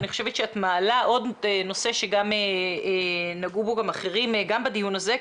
אני חושבת שאת מעלה עוד נושא שנגעו בו גם אחרים גם בדיון הזה.